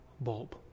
bulb